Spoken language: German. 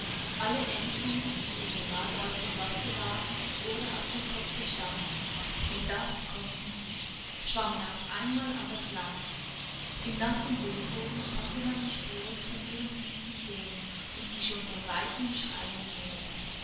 alle enten wie sie gerade auf dem wasser lagen oder auf dem kopfe standen denn das konnten sie schwammen auf einmal an das land im nassen lehmboden konnte man die spuren von ihren füßen sehen und sie schon von weitem schreien hören